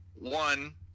one